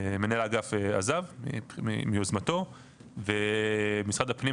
מנהל האגף עזב מיוזמתו ומשרד הפנים,